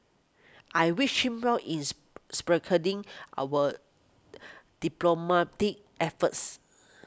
I wish him well is spearheading our diplomatic efforts